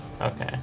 okay